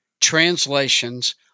translations